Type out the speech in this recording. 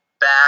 Back